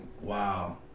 Wow